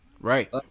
right